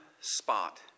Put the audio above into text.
spot